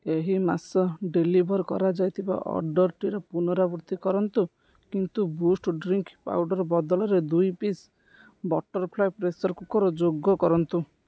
ଏହି ମାସ ଡେଲିଭର୍ କରାଯାଇଥିବା ଅର୍ଡ଼ର୍ଟିର ପୁନରାବୃତ୍ତି କରନ୍ତୁ କିନ୍ତୁ ବୂଷ୍ଟ୍ ଡ୍ରିଙ୍କ୍ ପାଉଡ଼ର୍ ବଦଳରେ ଦୁଇ ପିସ୍ ବଟରଫ୍ଲାୟ ପ୍ରେସର୍ କୁକର୍ ଯୋଗକରନ୍ତୁ